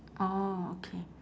orh okay